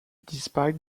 despite